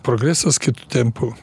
progresas kitu tempu